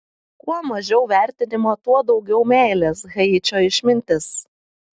kuo mažiau vertinimo tuo daugiau meilės haičio išmintis